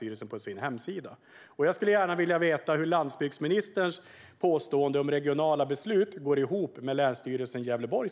Jag skulle gärna vilja veta hur landsbygdsministerns påstående om regionala beslut går ihop med beslutet från Länsstyrelsen i Gävleborg.